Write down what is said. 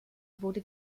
wurde